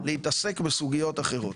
להתעסק בסוגיות אחרות,